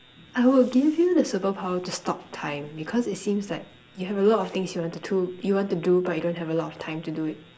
I would give you the superpower to stop time because it seems like you have a lot of things you want to do you want to do but you don't have a lot of time to do it